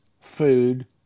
food